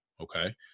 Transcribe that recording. Okay